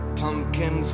pumpkin